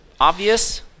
obvious